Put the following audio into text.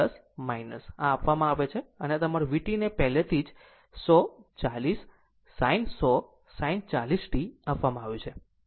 આ આપવામાં આવે છે અને આ તમારા v t ને પહેલેથી જ 100 40 sin 100 sin 40 t આપવામાં આવ્યું છે